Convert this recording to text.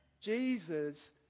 Jesus